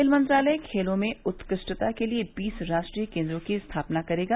खेल मंत्रालय खेलों में उत्कृष्टता के लिए बीस राष्ट्रीय केन्द्रों की स्थापना करेगा